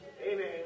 Amen